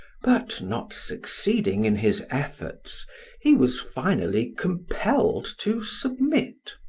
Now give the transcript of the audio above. but not succeeding in his efforts he was finally compelled to submit.